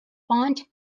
font